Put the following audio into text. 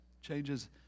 changes